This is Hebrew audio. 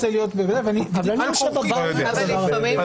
אם יש מטרד,